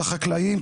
החקלאים,